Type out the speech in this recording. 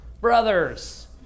brothers